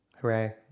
Hooray